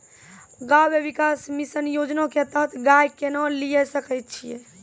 गव्य विकास मिसन योजना के तहत गाय केना लिये सकय छियै?